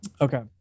Okay